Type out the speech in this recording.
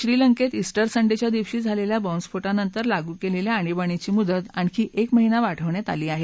श्रीलंकेत उंटर संडेच्या दिवशी झालेल्या बाँबस्फोटानंतर लागू केलेल्या आणीबाणीची मुदत आणखी एक महिना वाढवण्यात आली आहे